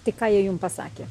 tai ką jie jum pasakė